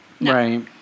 Right